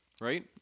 Right